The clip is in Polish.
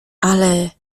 ale